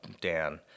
Dan